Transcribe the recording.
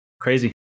Crazy